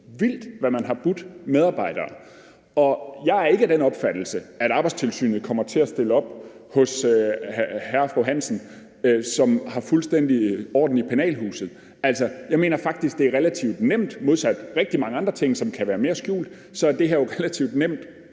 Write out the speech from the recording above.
vildt, hvad man har budt medarbejdere, og jeg er ikke af den opfattelse, at Arbejdstilsynet kommer til at stille op hos hr. og fru Hansen, som har fuldstændig orden i penalhuset. Jeg mener faktisk, det er relativt nemt. Modsat rigtig mange andre ting, som kan være mere skjult, er det her jo relativt nemt